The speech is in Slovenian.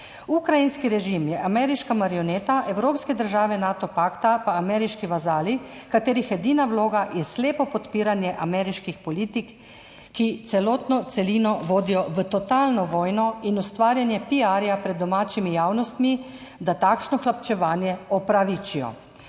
Ukrajinski režim je ameriška marioneta, evropske države Nato pakta pa ameriški vazali, katerih edina vloga je slepo podpiranje ameriških politik, ki celotno celino vodijo v totalno vojno in ustvarjanje piarja pred domačimi javnostmi, da takšno hlapčevanje opravičijo.